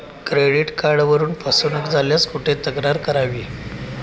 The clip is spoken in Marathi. क्रेडिट कार्डवरून फसवणूक झाल्यास कुठे तक्रार करावी?